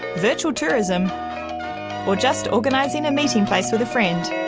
virtual tourism or just organizing a meeting place with a friend,